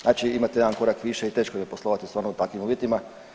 Znači imate jedan korak više i teško je poslovati stvarno u takvim uvjetima.